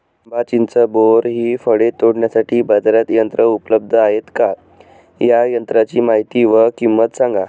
आंबा, चिंच, बोर हि फळे तोडण्यासाठी बाजारात यंत्र उपलब्ध आहेत का? या यंत्रांची माहिती व किंमत सांगा?